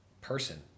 person